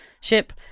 ship